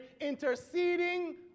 interceding